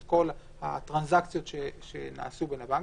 את כל הטרנסאקציות שנעשו בין הבנקים,